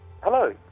Hello